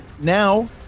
now